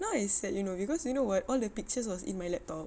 now I sad you know cause you know what all the pictures was in my laptop